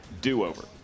do-over